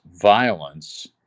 violence